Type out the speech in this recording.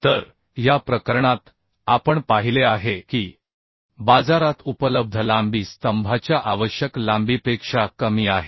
तर या प्रकरणात आपण पाहिले आहे की बाजारात उपलब्ध लांबी स्तंभाच्या आवश्यक लांबीपेक्षा कमी आहे